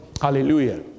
Hallelujah